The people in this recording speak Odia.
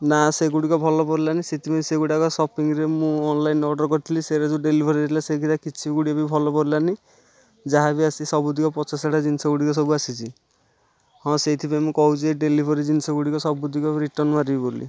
ନା ସେଗୁଡ଼ିକ ଭଲ ପଡ଼ିଲାନି ସେଥିପାଇଁ ସେଗୁଡ଼ାକ ସପିଙ୍ଗରେ ମୁଁ ଅନଲାଇନ ଅଡ଼ର୍ର କରିଥିଲି ସେଗୁଡ଼ା ଯେଉଁ ଡେଲିଭର ଦେଇଥିଲା କିଛି ଗୁଡ଼ା ବି ଭଲ ପଡ଼ିଲାନି ଯାହା ବି ଆସିଛି ସବୁତକ ପଚା ଶଢ଼ା ଜିନିଷ ଗୁଡ଼ିକ ସବୁ ଆସିଛି ହଁ ସେଥିପାଇଁ ମୁଁ କହୁଛି ଏ ଡେଲିଭେରୀ ଜିନିଷ ଗୁଡ଼ିକ ସବୁତକ ରିଟନ ମାରିବି ବୋଲି